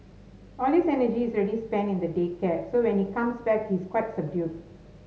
all his energy is already spent in the day care so when he comes back he is quite subdued